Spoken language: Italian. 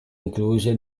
incluse